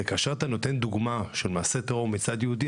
כאשר אתה נותן דוגמה של מעשה טרור מצד יהודי,